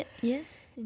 yes